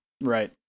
Right